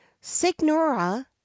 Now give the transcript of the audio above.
Signora